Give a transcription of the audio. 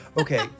Okay